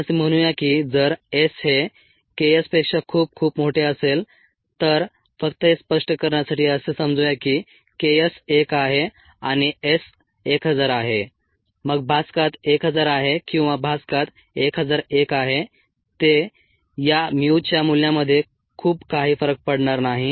आपण असे म्हणूया की जर s हे K s पेक्षा खूप खूप मोठे असेल तर फक्त हे स्पष्ट करण्यासाठी असे समजुया की K s 1 आहे आणि S 1000 आहे मग भाजकात 1000 आहे किंवा भाजकात 1001 आहे ते या mu च्या मूल्यामध्ये खूप काही फरक पाडणार नाही